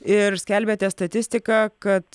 ir skelbiate statistiką kad